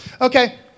Okay